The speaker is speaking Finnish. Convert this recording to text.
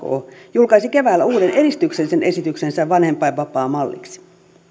julkaisi keväällä uuden edistyksellisen esityksensä vanhempainvapaamalliksi